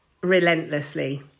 relentlessly